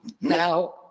Now